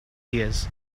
ears